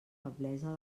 feblesa